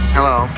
Hello